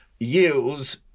yields